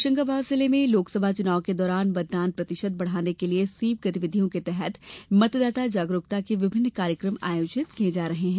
होशंगाबाद जिले में लोकसभा चुनाव के दौरान मतदान प्रतिशत बढ़ाने के लिये स्वीप गतिविधियों के तहत मतदाता जागरूकता के विभिन्न कार्यक्रम आयोजित किये जा रहे हैं